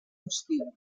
qüestions